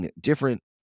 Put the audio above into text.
different